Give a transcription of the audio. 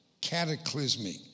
cataclysmic